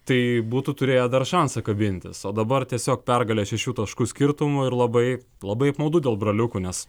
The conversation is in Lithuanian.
tai būtų turėję dar šansą kabintis o dabar tiesiog pergalę šešių taškų skirtumu ir labai labai apmaudu dėl broliukų nes